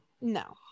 no